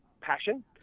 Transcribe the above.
passion